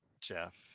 Jeff